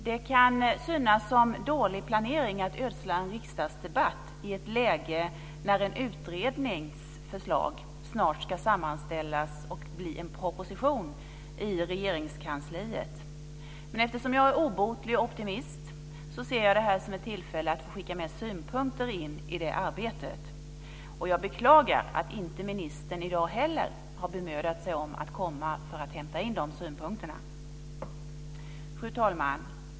Det kan synas som dålig planering att ödsla en riksdagsdebatt i ett läge när ett utredningsförslag snart ska sammanställas och bli en proposition i Regeringskansliet. Men eftersom jag är obotlig optimist ser jag det här som ett tillfälle att få skicka med synpunkter in i det arbetet. Jag beklagar att ministern inte i dag heller har bemödat sig om att komma för att hämta in de synpunkterna. Fru talman!